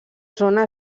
zona